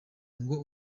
ngo